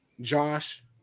Josh